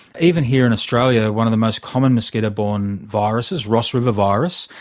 even here in australia one of the most common mosquito borne viruses, ross river virus,